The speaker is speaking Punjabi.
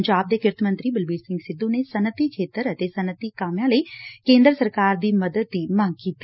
ਪੰਜਾਬ ਦੇ ਕਿਰਤ ਮੰਤਰੀ ਬਲਬੀਰ ਸਿੰਘ ਸਿੱਧੁ ਨੇ ਸਨੱਅਤੀ ਖੇਤਰ ਅਤੇ ਸਨੱਅਤੀ ਕਾਮਿਆਂ ਲਈ ਕੇਦ ਸਰਕਾਰ ਦੀ ਮਦਦ ਦੀ ਮੰਗ ਕੀਡੀ